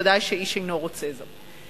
ודאי שאיש אינו רוצה זאת.